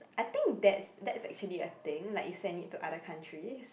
I think that's that's actually a thing like you send it to other countries